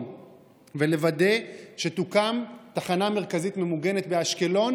ולוודא שתוקם תחנה מרכזית ממוגנת באשקלון,